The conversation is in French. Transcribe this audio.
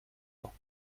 temps